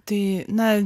tai na